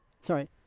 Sorry